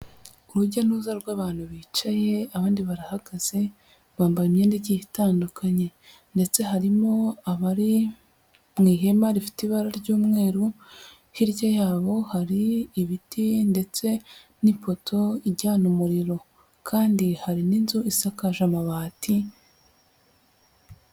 Urujya n'uruza rw'abantu bicaye abandi barahagaze bambaye imyenda igiye itandukanye ndetse harimo abari mu ihema rifite ibara ry'umweru hirya yabo hari ibiti ndetse n'ipoto ijyana umuriro kandi hari n'inzu isakaje amabati.